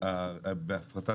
בבקשה.